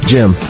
Jim